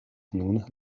nun